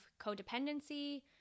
codependency